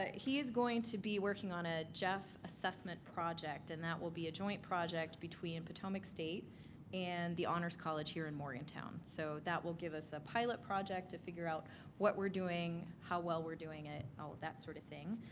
he's going to be working on a gef assessments project and that will be a joint project between potomac state and the honors college here in morgantown so that will give us a pilot project to figure out what we're doing, how well we're doing it, all of that sort of thing.